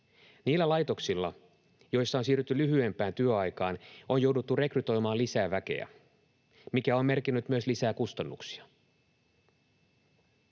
Niillä laitoksilla, joissa on siirrytty lyhyempään työaikaan, on jouduttu rekrytoimaan lisää väkeä, mikä on merkinnyt myös lisää kustannuksia.